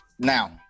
Now